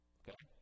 okay